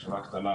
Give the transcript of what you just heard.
היא חברה קטנה,